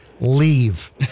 leave